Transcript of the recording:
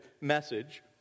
message